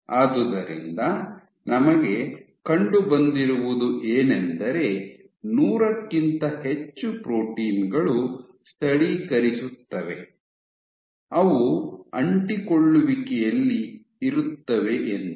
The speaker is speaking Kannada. ಆದುದರಿಂದ ನಮಗೆ ಕಂಡುಬಂದಿರುವುದು ಏನಂದರೆ ನೂರಕ್ಕಿಂತ ಹೆಚ್ಚು ಪ್ರೋಟೀನ್ ಗಳು ಸ್ಥಳೀಕರಿಸುತ್ತವೆ ಅವು ಅಂಟಿಕೊಳ್ಳುವಿಕೆಯಲ್ಲಿ ಇರುತ್ತವೆ ಎಂದು